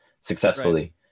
successfully